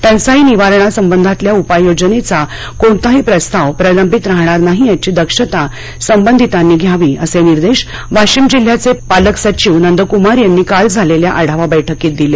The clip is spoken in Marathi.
टंचाई निवारणासंबंधातल्या उपाययोजनेचा कोणताही प्रस्ताव प्रलंबित राहणार नाही याची दक्षता संबधितांनी घ्यावी असे निर्देश वाशिम जिल्ह्याचे पालक सचिव नंदकुमार यांनी काल झालेल्या आढावा बैठकीत दिले